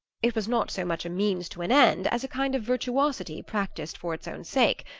it was not so much a means to an end as a kind of virtuosity practised for its own sake,